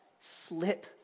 slip